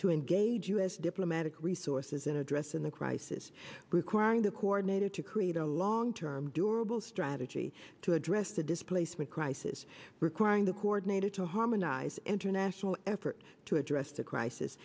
to engage u s diplomatic resources in addressing the crisis requiring the coordinator to create a long term durable strategy to address the displacement crisis requiring the coordinated to harmonize international efforts to address the crisis